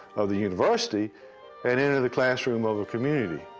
of the university and enter the classroom of a community,